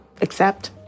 accept